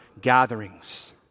gatherings